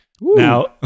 Now